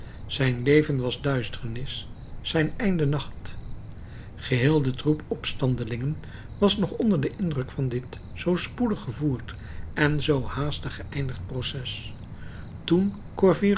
zijn leven was duisternis zijn einde nacht geheel de troep opstandelingen was nog onder den indruk van dit zoo spoedig gevoerd en zoo haastig geëindigd proces toen